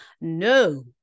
No